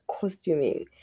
costuming